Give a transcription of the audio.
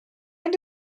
end